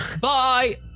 Bye